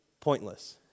pointless